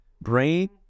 brain